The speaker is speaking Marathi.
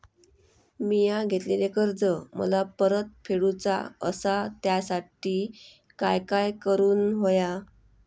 मिया घेतलेले कर्ज मला परत फेडूचा असा त्यासाठी काय काय करून होया?